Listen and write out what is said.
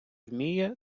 вміє